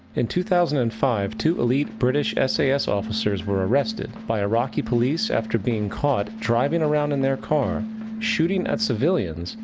in two thousand and five, two elite british sas officers were arrested by iraqi police after being caught driving around in their car shooting at civilians,